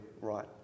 right